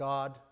God